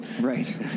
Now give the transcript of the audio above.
Right